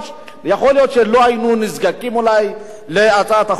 ויכול להיות שלא היינו נזקקים להצעת החוק הזאת.